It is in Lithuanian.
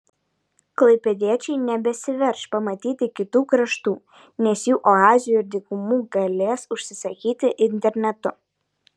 klaipėdiečiai nebesiverš pamatyti kitų kraštų nes jų oazių ir dykumų galės užsisakyti internetu